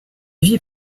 vie